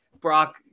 Brock